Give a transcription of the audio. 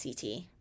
CT